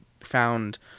found